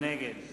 נגד